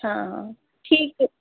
हाँ हाँ ठीक है